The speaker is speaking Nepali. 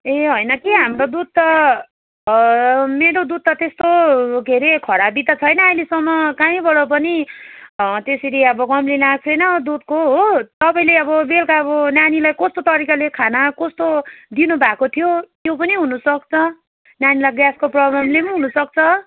ए होइन के हाम्रो दुध त मेरो दुध त त्यस्तो के अरे खराबी त छैन अहिलेसम्म कहीँबाट पनि त्यसरी अब कम्प्लेन आएको छैन अब दुधको हो तपाईँले अब बेलुका अब नानीलाई कस्तो तरिकाले खाना कस्तो दिनुभएको थियो त्यो पनि हुनुसक्छ नानीलाई ग्यासको प्रोब्लमले पनि हुनुसक्छ